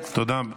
תודה.